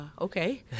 Okay